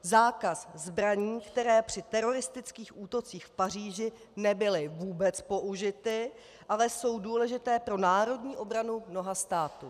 Zákaz zbraní, které při teroristických útocích v Paříži nebyly vůbec použity, ale jsou důležité pro národní obranu mnoha států.